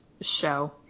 show